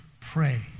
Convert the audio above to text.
pray